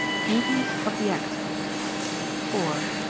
duties of the actor four.